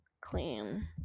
clean